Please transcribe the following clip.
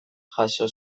jaso